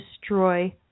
destroy